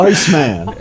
Iceman